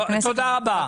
חבר הכנסת אמסלם,